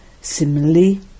Similarly